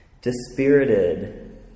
Dispirited